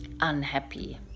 unhappy